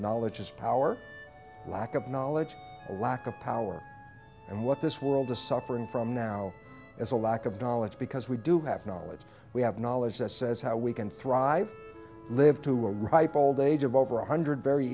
knowledge is power lack of knowledge lack of power and what this world is suffering from now as a lack of knowledge because we do have knowledge we have knowledge that says how we can thrive live to a ripe old age of over one hundred very